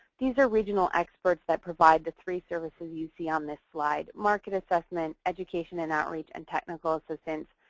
these are regional experts that provide the three services you see on this slide, market assessment, education and outreach, and technical assistance,